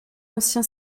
ancien